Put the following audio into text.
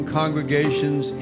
congregations